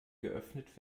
geöffnet